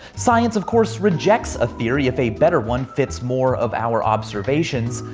science, of course, rejects a theory if a better one fits more of our observations,